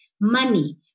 Money